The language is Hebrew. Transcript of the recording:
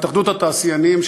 התאחדות התעשיינים,